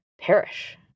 perish